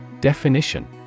Definition